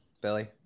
Billy